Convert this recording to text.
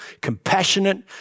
compassionate